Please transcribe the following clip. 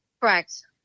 Correct